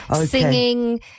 Singing